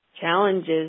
challenges